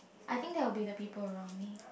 I think that will be the people around me